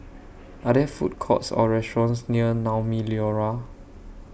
Are There Food Courts Or restaurants near Naumi Liora